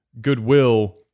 goodwill